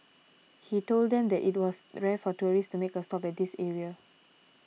he told them that it was rare for tourists to make a stop at this area